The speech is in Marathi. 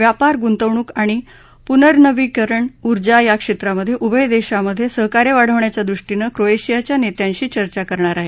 व्यापार गुंतवणूक आणि पुनर्नवीकरणीय ऊर्जा या क्षेत्रांमधे उभय देशांमधे सहकार्य वाढवण्याच्या दृष्टीनं क्रोएशियाच्या नेत्यांशी चर्चा करणार आहेत